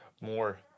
more